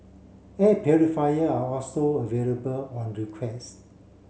air purifier are also available on request